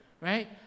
right